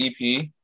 EP